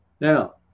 Now